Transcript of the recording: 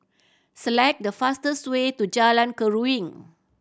select the fastest way to Jalan Keruing